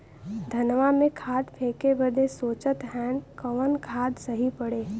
धनवा में खाद फेंके बदे सोचत हैन कवन खाद सही पड़े?